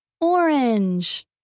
Orange